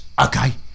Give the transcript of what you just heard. Okay